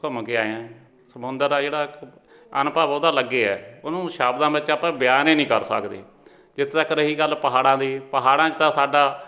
ਘੁੰਮ ਕੇ ਆਇਆ ਸਮੁੰਦਰ ਦਾ ਜਿਹੜਾ ਕ ਅਨੁਭਵ ਉਹਦਾ ਅਲੱਗ ਹੈ ਉਹਨੂੰ ਸ਼ਬਦਾਂ ਵਿੱਚ ਆਪਾਂ ਬਿਆਨ ਏ ਨਹੀਂ ਕਰ ਸਕਦੇ ਜਿੱਥੇ ਤੱਕ ਰਹੀ ਗੱਲ ਪਹਾੜਾਂ ਦੀ ਪਹਾੜਾਂ 'ਚ ਤਾਂ ਸਾਡਾ